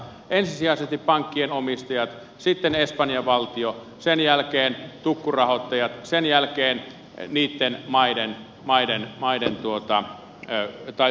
ensisijaisesti pankkien omistajat sitten espanjan valtio sen jälkeen tukkurahoittajat sen jälkeen näitten pankkien kotivaltiot